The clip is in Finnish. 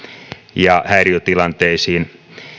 ja häiriötilanteisiin